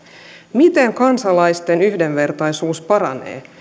miten kansalaisten yhdenvertaisuus paranee